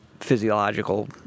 Physiological